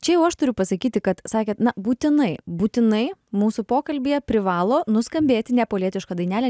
čia jau aš turiu pasakyti kad sakėt na būtinai būtinai mūsų pokalbyje privalo nuskambėti neapolietiška dainelė